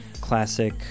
classic